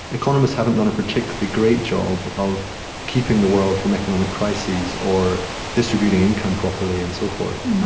economists haven't done a particularly great job of keeping the world from economic crises or distributing income properly and so forth.